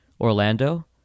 Orlando